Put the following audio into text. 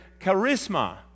charisma